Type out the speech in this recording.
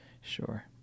Sure